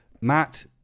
Matt